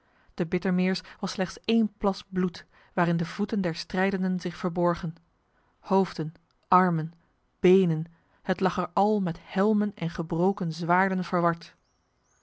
de bittermeers was slechts één plas bloed waarin de voeten der strijdenden zich verborgen hoofden armen benen het lag er al met helmen en gebroken zwaarden verward